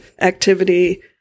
activity